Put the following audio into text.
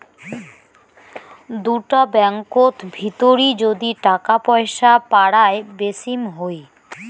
দুটা ব্যাঙ্কত ভিতরি যদি টাকা পয়সা পারায় বেচিম হই